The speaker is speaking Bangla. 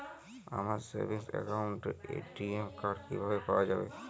আমার সেভিংস অ্যাকাউন্টের এ.টি.এম কার্ড কিভাবে পাওয়া যাবে?